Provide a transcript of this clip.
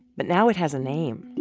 but now it has a name